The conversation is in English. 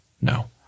no